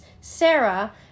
Sarah